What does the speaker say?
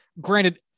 granted